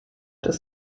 des